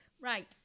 Right